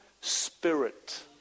spirit